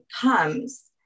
comes